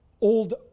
old